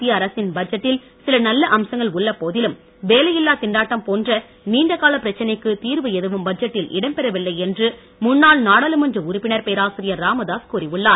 மத்திய அரசின் பட்ஜெட்டில் சில நல்ல அம்சங்கள் உள்ள போதிலும் வேலையில்லா திண்டாட்டம் போன்ற நீண்ட கால பிரச்னைக்கு தீர்வு எதுவும் பட்ஜெட்டில் இடம்பெறவில்லை என்று முன்னாள் நாடாளுமன்ற உறுப்பினர் பேராசிரியர் ராமதாஸ் கூறியுள்ளார்